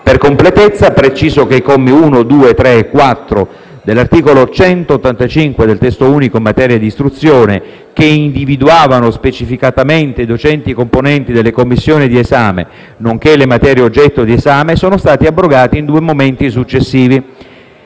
Per completezza, preciso che commi 1, 2, 3 e 4 dell'articolo 185 del testo unico in materia di istruzione, che individuavano specificatamente i docenti componenti delle commissioni di esame, nonché le materie oggetto di esame, sono stati abrogati in due momenti successivi.